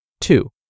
Two